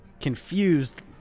confused